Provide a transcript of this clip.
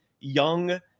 young